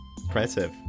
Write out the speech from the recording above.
Impressive